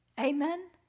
Amen